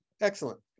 Excellent